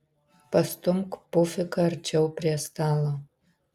pastumk pufiką arčiau prie stalo